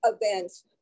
events